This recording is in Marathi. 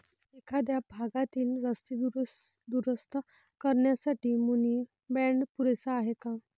एखाद्या भागातील रस्ते दुरुस्त करण्यासाठी मुनी बाँड पुरेसा आहे का?